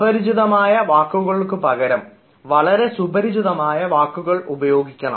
അപരിചിതമായ വാക്കുകൾക്കു പകരം വളരെ സുപരിചിതമായ വാക്കുകൾ ഉപയോഗിക്കണം